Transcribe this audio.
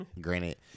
granted